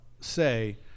say